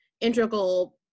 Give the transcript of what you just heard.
integral